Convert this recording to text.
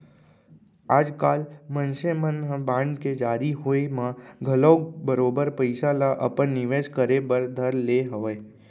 आजकाल मनसे मन ह बांड के जारी होय म घलौक बरोबर पइसा ल अपन निवेस करे बर धर ले हवय